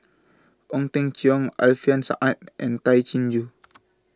Ong Teng Cheong Alfian Sa'at and Tay Chin Joo